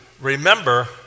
remember